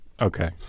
Okay